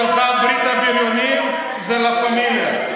בשבילך ברית הבריונים זה לה פמיליה.